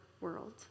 world